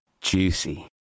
juicy